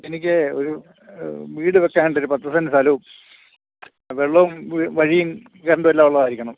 എനിക്ക് ഒരു വീട് വയ്ക്കാനായിട്ട് ഒരു പത്ത് സെൻ്റ് സ്ഥലവും വെള്ളവും വഴിയും കറണ്ടുമെല്ലാം ഉള്ളതായിരിക്കണം